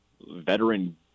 veteran